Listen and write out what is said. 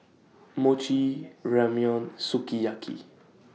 Mochi Ramyeon Sukiyaki